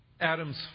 Adam's